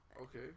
okay